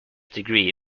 degree